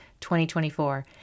2024